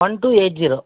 one two eight zero